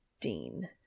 Dean